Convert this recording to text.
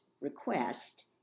request